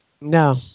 no